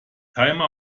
timer